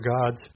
God's